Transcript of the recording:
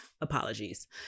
apologies